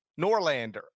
Norlander